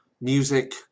music